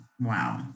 Wow